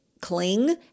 cling